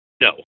No